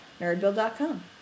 nerdbuild.com